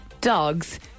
dogs